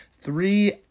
three